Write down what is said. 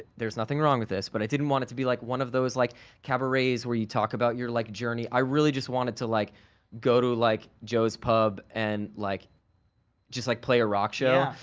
there's nothing wrong with this, but i didn't want it to be like one of those like cabarets where you talk about your like journey. i really just wanted to like go to like joe's pub and like just like play a rock show.